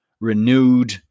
renewed